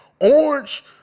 orange